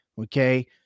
okay